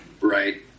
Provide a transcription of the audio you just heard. Right